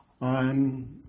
on